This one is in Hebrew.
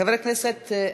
ביטון.